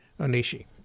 Onishi